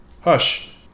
Hush